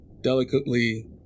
delicately